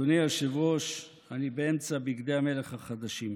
אדוני היושב-ראש, אני באמצע בגדי המלך החדשים,